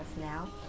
now